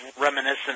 reminiscent